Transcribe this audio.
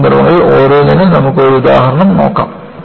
ഈ സന്ദർഭങ്ങളിൽ ഓരോന്നിനും നമുക്ക് ഒരു ഉദാഹരണം നോക്കാം